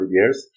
years